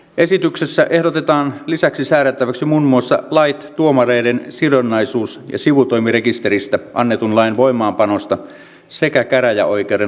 esityksessä ehdotetaan lisäksi säädettäväksi muun muassa lait tuomareiden sidonnaisuus ja sivutoimirekisteristä annetun lain voimaanpanosta sekä käräjäoikeuden lautamiehistä